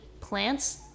plants